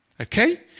Okay